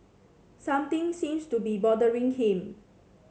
something seems to be bothering him